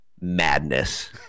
madness